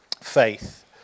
Faith